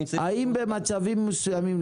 האם במצבים מסוימים,